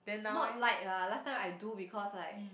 not like lah last time I do because like